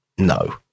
No